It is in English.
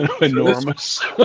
enormous